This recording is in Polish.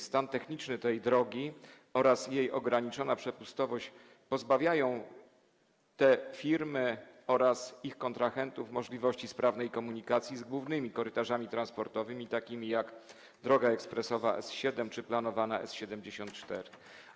Stan techniczny tej drogi oraz jej ograniczona przepustowość pozbawiają te firmy oraz ich kontrahentów możliwości sprawnej komunikacji z głównymi korytarzami transportowymi takimi jak droga ekspresowa S7 czy planowana S74.